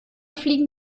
fliegen